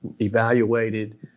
evaluated